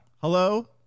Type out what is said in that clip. Hello